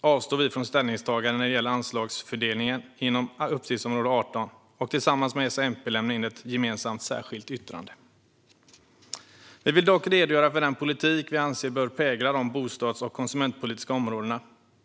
avstår vi från ställningstagande när det gäller anslagsfördelningen inom utgiftsområde 18. Tillsammans med S och MP lämnar vi in ett gemensamt särskilt yttrande. Vi vill dock redogöra för den politik vi anser bör prägla de bostads och konsumentpolitiska områdena.